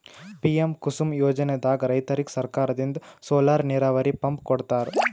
PM Kusum ಯೋಜನೆದಾಗ್ ರೈತರಿಗ್ ಸರ್ಕಾರದಿಂದ್ ಸೋಲಾರ್ ನೀರಾವರಿ ಪಂಪ್ ಕೊಡ್ತಾರ